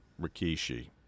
Rikishi